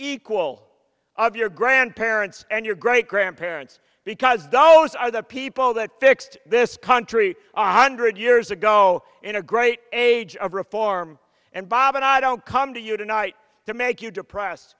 equal of your grandparents and your great grandparents because those are the people that fixed this country our hundred years ago in a great age of reform and bob and i don't come to you tonight to make you depressed